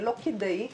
ללא כדאי,